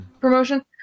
promotion